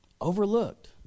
overlooked